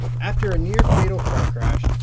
after a near-fatal car crash,